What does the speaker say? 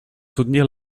soutenir